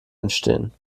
entstehen